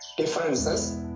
Differences